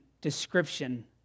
description